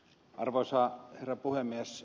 arvoisa herra puhemies